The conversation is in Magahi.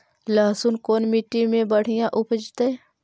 लहसुन कोन मट्टी मे बढ़िया उपजतै?